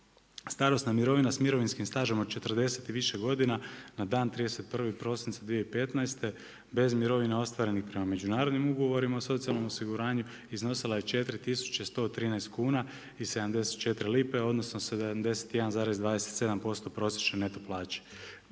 starosna mirovina s mirovinskim stažom od 40 i više godina na dan 31. prosinca 2015. bez mirovina ostvarenih prema međunarodnim ugovorima o socijalnom osiguranju iznosila je 4113 kuna i 74 lipe odnosno 71,27% prosječne neto plaće.